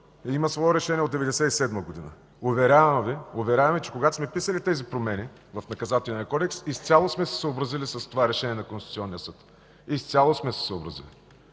има свое решение от 1997 г. Уверявам Ви, че когато сме писали тези промени в Наказателния кодекс, изцяло сме се съобразили с това решение на Конституционния съд. Изцяло сме се съобразили!